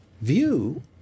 view